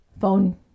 phone